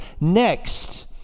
next